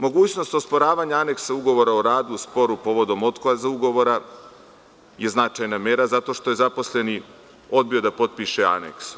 Mogućnost osporavanja aneksa ugovora o radu, sporu povodom otkaza ugovora je značajna mera zato što je zaposleni odbio da potpiše aneks.